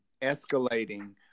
escalating